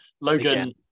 logan